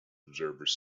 observers